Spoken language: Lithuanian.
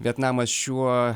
vietnamas šiuo